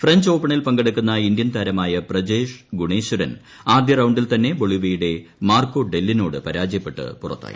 French ഓപ്പണിൽ ്ഷിങ്കെടുക്കുന്ന ഇന്ത്യൻതാരമായ പ്രജേഷ് ഗുണേശ്പരിൻ ആദ്യ റൌണ്ടിൽതന്നെ ബൊളീവിയയുടെ മാർക്കോ ഡ്പ്ലീഗ്ഗോട് പരാജയപ്പെട്ട് പുറത്തായി